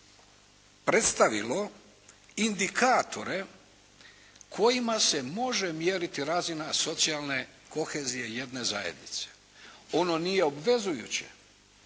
predstavilo indikatore kojima se može mjeriti razina socijalne kohezije jedne zajednice. Ono nije obvezujuće,